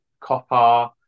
Copper